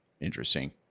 Interesting